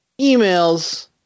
emails